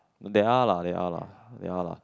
they are lah they are lah they are lah